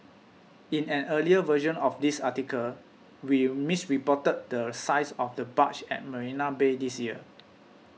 in an earlier version of this article we misreported the size of the barge at Marina Bay this year